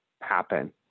happen